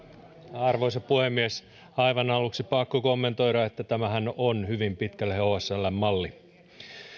arvoisa puhemies aivan aluksi on pakko kommentoida että tämähän on hyvin pitkälle hsln malli